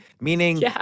meaning